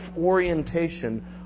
orientation